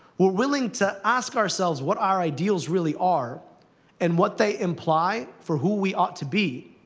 we're willing to ask ourselves what our ideals really are and what they imply for who we ought to be,